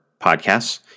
podcasts